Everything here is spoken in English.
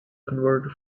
converted